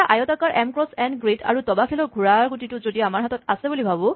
এটা আয়তাকাৰ M cross N grid আৰু দবাখেলৰ ঘোঁৰা গুটিটো আমাৰ হাতত আছে বুলি ভাৱা